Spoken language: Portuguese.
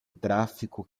tráfico